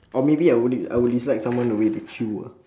or maybe I would d~ I would dislike someone the way they chew ah